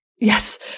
Yes